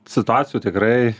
situacijų tikrai